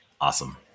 Awesome